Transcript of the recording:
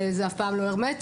וזה אף פעם לא הרמטי,